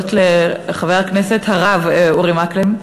הכנסת עמרם מצנע,